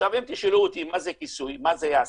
עכשיו אם תשאלו אותי מה זה כיסוי, מה זה יעשה,